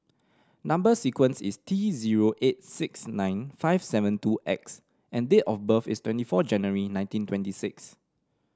number sequence is T zero eight six nine five seven two X and date of birth is twenty four January nineteen twenty six